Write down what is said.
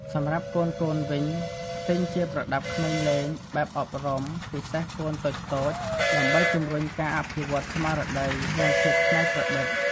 សម្រាប់កូនៗវិញ ទិញជាប្រដាប់ក្មេងលេងបែបអប់រំ ពិសេសកូនតូចៗ ដើម្បីជំរុញការអភិវឌ្ឍន៍ស្មារតី និងភាពច្នៃប្រឌិត។